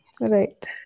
Right